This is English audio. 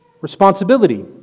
responsibility